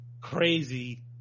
crazy